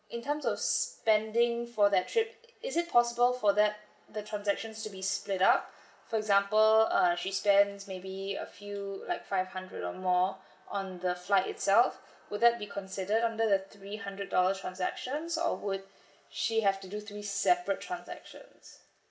in terms of spending for that trip is it possible for that the transactions to be split up for example uh she spends maybe a few like five hundred or more on the flight itself would that be considered under the three hundred dollars transactions or would she have to do three separate transactions